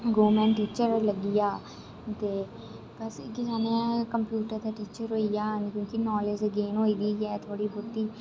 government teacher लग्गी जा दे जि'यां कम्प्यूटर दा टीचर होई गेआ क्योंकि नाॅलेज गेन होई दी गै ही थोह्ड़ी बोह्ती